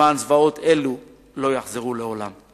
למען לא יחזרו זוועות אלו לעולם.